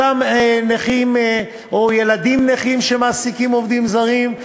אותם נכים או ילדים נכים שמעסיקים עובדים זרים,